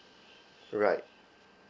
right